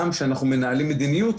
גם כשאנחנו מנהלים מדיניות,